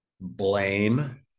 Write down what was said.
blame